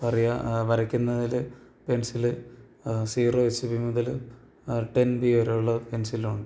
വരയ്ക്കുന്നതില് pencil zero H B മുതല് ten B വരെയുള്ള പെൻസിലുണ്ട്